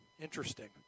Interesting